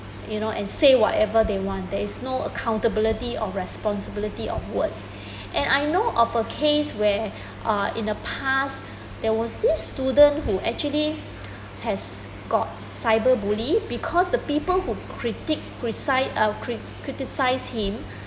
you know and say whatever they want there is no accountability or responsibility on words and I know of a case where uh in the past there was this student who actually has got cyber bully because the people who critic crize criticize him